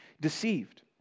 deceived